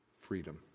Freedom